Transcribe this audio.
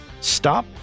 stop